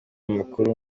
makuru